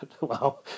wow